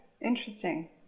Interesting